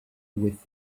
with